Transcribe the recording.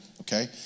Okay